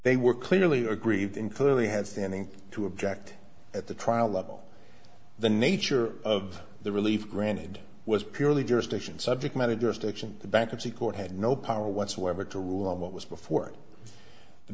they were clearly aggrieved in clearly had standing to object at the trial level the nature of the relief granted was purely jurisdiction subject matter jurisdiction the bankruptcy court had no power whatsoever to rule on what was before the